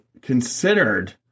considered